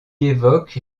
évoque